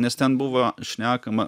nes ten buvo šnekama